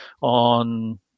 on